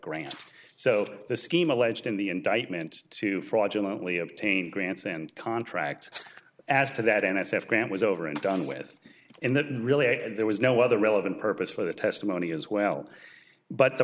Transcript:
grants so the scheme alleged in the indictment to fraudulent only obtained grants and contracts as to that n s f graham was over and done with and that really there was no other relevant purpose for the testimony as well but the